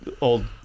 old